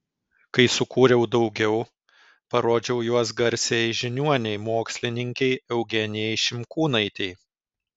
kai sukūriau daugiau parodžiau juos garsiajai žiniuonei mokslininkei eugenijai šimkūnaitei